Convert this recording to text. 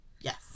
Yes